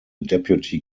deputy